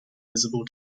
visible